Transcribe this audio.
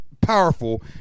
powerful